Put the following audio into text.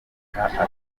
akanaba